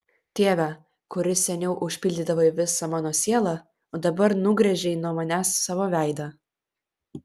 tėve kuris seniau užpildydavai visą mano sielą o dabar nugręžei nuo manęs savo veidą